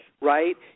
right